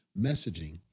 messaging